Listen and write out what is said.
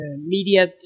media